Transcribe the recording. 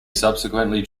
subsequently